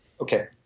okay